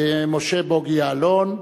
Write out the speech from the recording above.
משה בוגי יעלון,